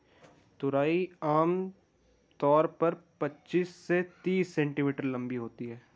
तुरई आम तौर पर पचीस से तीस सेंटीमीटर लम्बी होती है